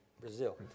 Brazil